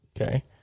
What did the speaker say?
Okay